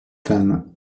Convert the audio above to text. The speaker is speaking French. femmes